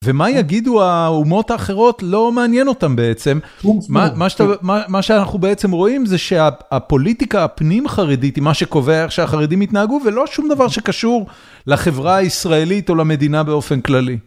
ומה יגידו האומות האחרות? לא מעניין אותם בעצם. מה שאנחנו בעצם רואים זה שהפוליטיקה הפנים חרדית, היא מה שקובע שהחרדים התנהגו, ולא שום דבר שקשור לחברה הישראלית או למדינה באופן כללי.